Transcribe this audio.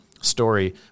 story